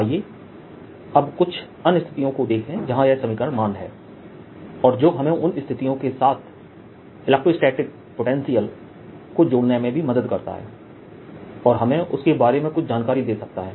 आइए अब कुछ अन्य स्थितियों को देखें जहां यह समीकरण मान्य है और जो हमें उन स्थितियों के साथ इलेक्ट्रोस्टैटिक पोटेंशियल को जोड़ने में भी मदद करता है और हमें उसके बारे में कुछ जानकारी दे सकता है